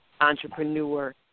entrepreneur